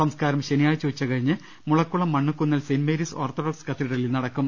സംസ്കാരം ശനിയാഴ്ച ഉച്ച കഴിഞ്ഞ് Mulakkulam Mannukkunnel Saint Mary's Orthodox കത്തീഡ്രലിൽ നടക്കും